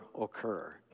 occur